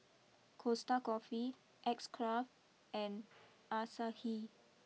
Costa Coffee X Craft and Asahi